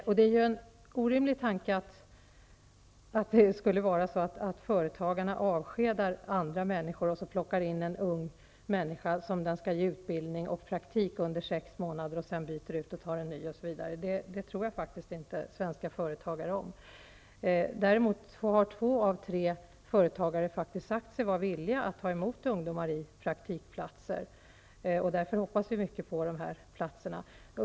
Tanken är orimlig, att företagarna skulle avskeda en anställd för att ta emot en ung människa, ge denne utbildning och praktik under sex månader, för att åter igen byta ut denne och ta in en ny, osv. Det tror jag faktiskt inte svenska företagare om. Två av tre företagare har däremot sagt sig vara villiga att ta emot ungdomar på praktikplatser, och vi hoppas därför mycket på dessa platser.